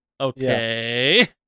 Okay